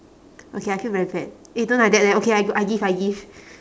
okay I feel very bad eh don't like that leh okay I go I give I give